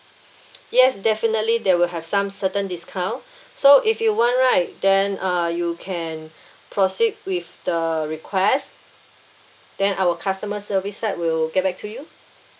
yes definitely there will have some certain discount so if you want right then uh you can proceed with the request then our customer service side will get back to you